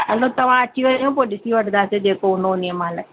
हलो तव्हां अची वञो पोइ ॾिसी वठंदासीं जेको हूंदो उन्हीं महिल